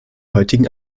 heutigen